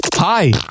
Hi